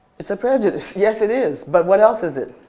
it's a prejudice, yes it is, but what else is it?